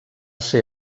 ser